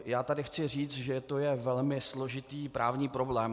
Já tady chci říct, že to je velmi složitý právní problém.